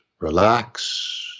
relax